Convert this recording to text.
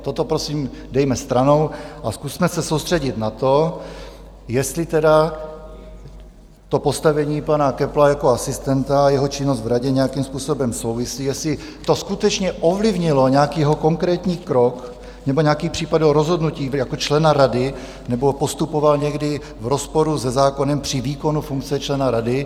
Toto, prosím, dejme stranou a zkusme se soustředit na to, jestli postavení pana Köppla jako asistenta a jeho činnost v Radě nějakým způsobem souvisí, jestli to skutečně ovlivnilo nějaký jeho konkrétní krok nebo nějaký případ rozhodnutí jako člena Rady, nebo postupoval někdy v rozporu se zákonem při výkonu funkce člena Rady.